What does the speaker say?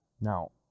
Now